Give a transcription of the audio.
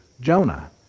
Jonah